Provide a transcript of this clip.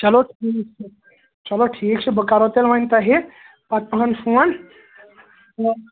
چلو ٹھیٖک چھُ چلو ٹھیٖک چھُ بہٕ کرہو تیٚلہِ وۅنۍ تۄہہِ پَتہٕ پَہَم فون